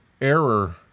error